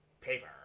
paper